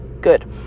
good